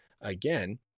again